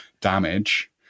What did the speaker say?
damage